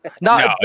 No